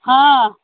हँ